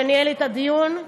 שניהל את הדיון,